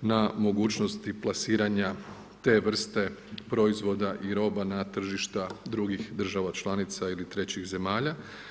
na mogućnosti plasiranja te vrste proizvoda i roba na tržišta drugih država članica ili trećih zemalja.